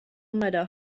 matter